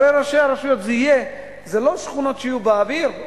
הרי לא יהיו שכונות באוויר,